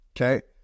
Okay